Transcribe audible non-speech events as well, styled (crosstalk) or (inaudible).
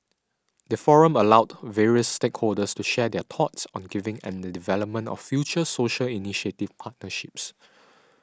the forum allowed various stakeholders to share their thoughts on giving and the development of future social initiative partnerships (noise)